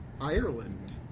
Ireland